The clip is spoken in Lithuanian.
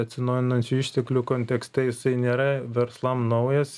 atsinaujinančių išteklių kontekste jisai nėra verslam naujas